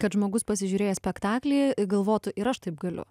kad žmogus pasižiūrėjęs spektaklį galvotų ir aš taip galiu